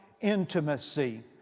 intimacy